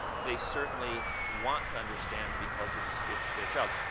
they certainly want to understand because it's it's their child.